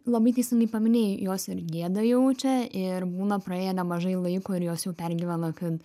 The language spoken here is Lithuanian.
labai teisingai paminėjai jos ir gėdą jaučia ir būna praėję nemažai laiko ir jos jau pergyvena kad